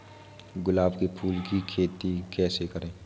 गुलाब के फूल की खेती कैसे करें?